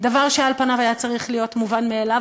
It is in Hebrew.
דבר שעל פניו היה צריך להיות מובן מאליו,